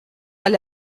alle